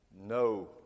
no